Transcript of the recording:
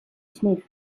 smith